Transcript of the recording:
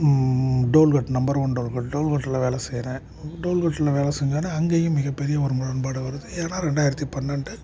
toll gate number one toll gate toll கெட்டில் வேலை செய்கிறேன் டோல் கெட்டில் வேலை செஞ்சோவுன்னே அங்கேயும் மிகப்பெரிய ஒரு முரண்பாடு வருது ஏன்னால் ரெண்டாயிரத்து பன்னெண்டு